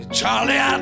Charlie